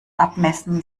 abmessen